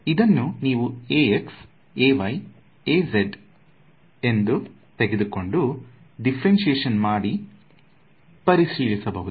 ಇದನ್ನು ನೀವು ಇದನ್ನು ತೆಗೆದುಕೊಂಡು ಡಿಫ್ರೆಂಷಿಯೇಶನ್ ಮಾಡಿ ಪರಿಶೀಲಿಸಬಹುದು